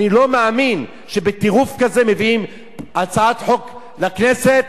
אני לא מאמין שבטירוף כזה מביאים הצעת חוק לכנסת,